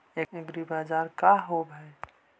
एग्रीबाजार का होव हइ?